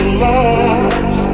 lost